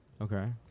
Okay